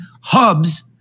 hubs